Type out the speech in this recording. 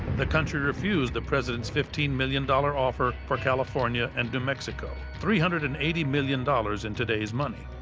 the country refused the president's fifteen million dollars offer for california and new mexico, three hundred and eighty million dollars in today's money,